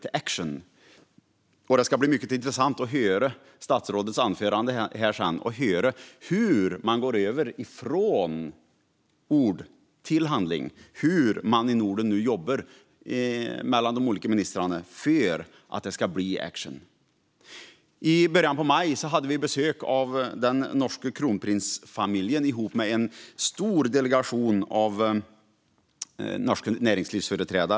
Det ska därför bli mycket intressant att höra i statsrådets anförande hur man går från ord till handling och hur de olika ministrarna i Norden jobbar för att det ska bli aktion. I början av maj hade Sverige besök av den norska kronprinsfamiljen och en stor delegation med norska näringslivsföreträdare.